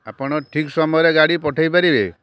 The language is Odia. ଆପଣ ଠିକ୍ ସମୟରେ ଗାଡ଼ି ପଠାଇ ପାରିବେ